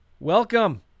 Welcome